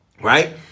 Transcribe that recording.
Right